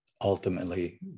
ultimately